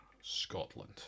Scotland